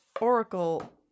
Oracle